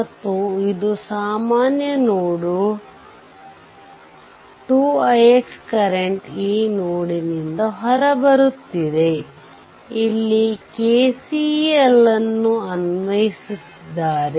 ಮತ್ತು ಇದು ಸಾಮಾನ್ಯ ನೋಡ್ 2 ix ಕರೆಂಟ್ ಈ ನೋಡ್ನಿಂದ ಹೊರಬರುತ್ತಿದೆ ಇಲ್ಲಿ KCL ಅನ್ನು ಅನ್ವಯಿಸಿದ್ದಾರೆ